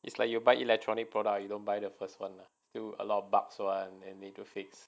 it's like you buy electronic product you don't buy the first one still a lot of bugs [one] and need to fix